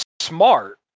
smart